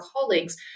colleagues